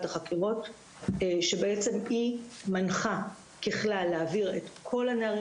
החקירות שמנחה ככלל להעביר את כל הנערים